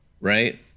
Right